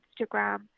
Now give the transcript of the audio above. Instagram